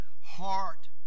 heart